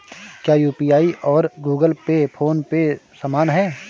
क्या यू.पी.आई और Google Pay PhonePe समान हैं?